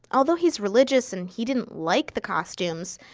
although he's religious and he didn't like the costumes,